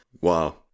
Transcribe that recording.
Wow